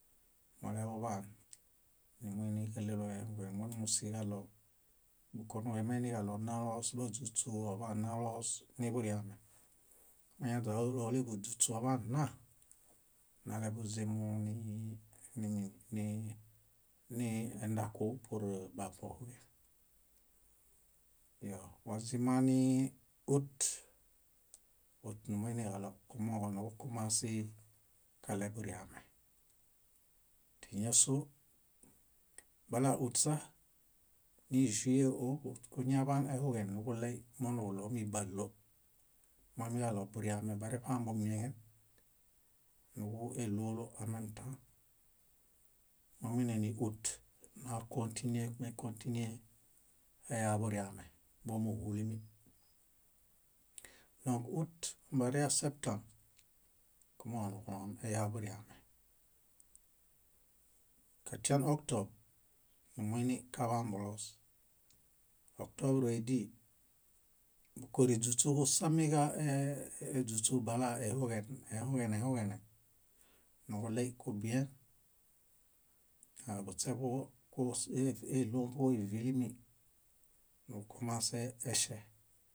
moleḃuḃaan númuiniġaɭelo ehuġen mómusiġaɭo bukomuġuemeini náźuśu oḃanaloos niḃuriame, máñaźaoleḃuźuśu oḃanna, neleḃuzim nimomi nii- nii- edaku pur bahuoku. Iyo wazimani út, út numuiniġaɭo kumooġo nuġukomãse kaɭeburiame. Tíñaso, bala út sa, níĵue-út kuñaḃaan ehuġen nuġuɭey moniġuɭomi báɭo, moimiġaɭo buriame bareṗambumieŋen núġuɭolo ãmemtã, momuine níut nákõtine eyaḃuriame bómuhulimi. út ombareya septãb kumooġo nuġuloŋ eyaḃuriame. Katian oktob, numuinikaḃambuloos. Oktobue díi, búkoriźuśu kúsamieźuśu bala ehuġen ehuġen ehuġene, nuġuɭey kubien, naġuśeḃuġo kulos iɭũḃuġo ívilimi nuġukomase eŝe